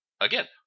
again